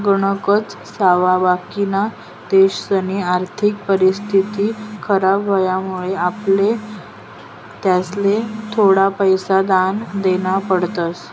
गणकच सावा बाकिना देशसनी आर्थिक परिस्थिती खराब व्हवामुळे आपले त्यासले थोडा पैसा दान देना पडतस